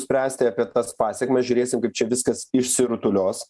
spręsti apie tas pasekmes žiūrėsim kaip čia viskas išsirutulios